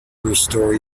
restore